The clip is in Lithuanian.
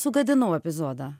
sugadinau epizodą